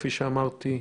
כפי שאמרתי,